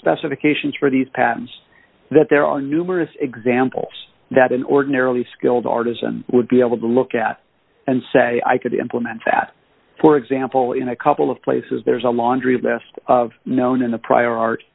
specifications for these patents that there are numerous examples that an ordinarily skilled artisan would be able to look at and say i could implement that for example in a couple of places there's a laundry list of known in the prior art